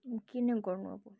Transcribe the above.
किन गर्नु